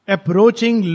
Approaching